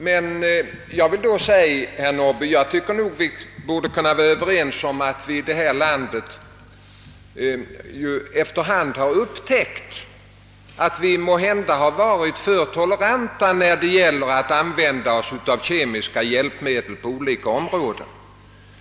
Men jag tycker, herr Norrby, att vi borde kunna vara överens om att vi i detta land efter hand har upptäckt, att vi måhända varit för toleranta när det gällt att använda oss av kemiska hjälpmedel på olika områden.